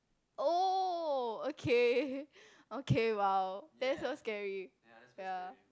oh okay okay !wow! that's so scary ya